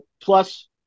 Plus